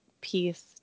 piece